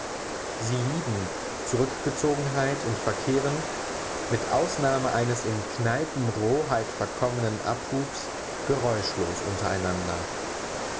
sie lieben zurückgezogenheit und verkehren mit ausnahme eines in kneipenroheit verkommenen abhubs geräuschlos